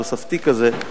תוספתי כזה,